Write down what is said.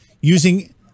using